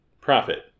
profit